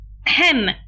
Hem